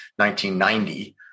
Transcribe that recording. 1990